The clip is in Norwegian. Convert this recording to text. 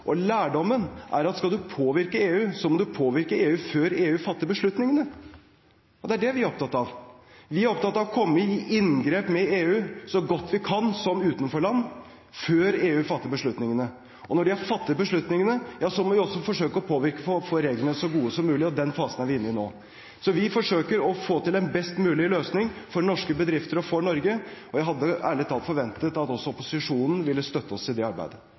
og lærdommen er at hvis du skal påvirke EU, må du påvirke EU før EU fatter beslutningene. Det er det vi er opptatt av. Vi er opptatt av å komme i inngrep med EU, så godt vi kan som utenforland, før EU fatter beslutningene. Når de har fattet beslutningene, må vi også forsøke å påvirke for å få regler som er så gode som mulig. Den fasen er vi inne i nå. Vi forsøker å få til en best mulig løsning for norske bedrifter og for Norge, og jeg hadde ærlig talt forventet at også opposisjonen ville støttet oss i det arbeidet.